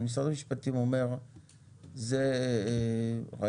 אבל משרד המשפטים אומר שזה רגיש,